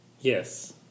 yes